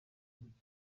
urukiko